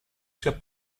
sia